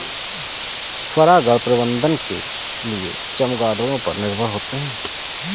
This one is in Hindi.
परागण प्रबंधन के लिए चमगादड़ों पर निर्भर होते है